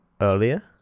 earlier